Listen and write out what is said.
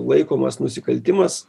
laikomas nusikaltimas